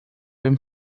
dem